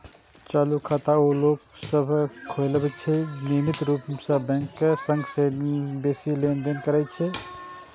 चालू खाता ओ लोक सभ खोलबै छै, जे नियमित रूप सं बैंकक संग बेसी लेनदेन करै छै